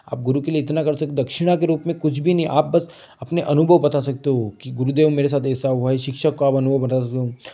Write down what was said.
आप गुरू के लिए इतना कर सक दक्षिणा के रूप कुछ भी नहीं आप बस अपने अनुभव बता सकते हो कि गुरूदेव मेरे साथ ऐसा हुआ है शिक्षक को आप अनुभव बता सकते हो